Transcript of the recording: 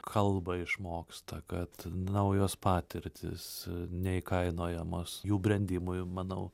kalbą išmoksta kad naujos patirtys neįkainojamos jų brendimui manau